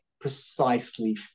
precisely